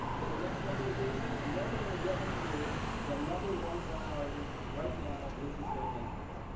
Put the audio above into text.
then the next one's aviation. and then we're gonna get into the number one priority, right now, which is their maintenance.